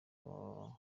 wakoze